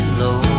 low